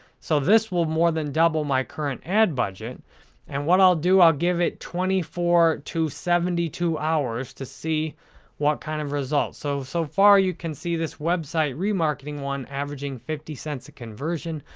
so, this will more than double my current ad budget and what i'll do, i'll give it twenty four to seventy two hours to see what kind of results. so so far, you can see this website remarketing one averaging fifty cents a conversion.